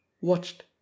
watched